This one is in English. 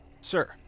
Sir